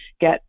get